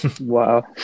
Wow